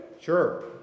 Sure